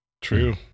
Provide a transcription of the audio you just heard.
True